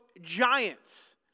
giants